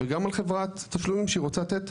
וגם על חברת תשלומים שהיא רוצה ללתת